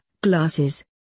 glasses